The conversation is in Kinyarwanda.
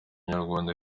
nyarwanda